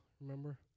remember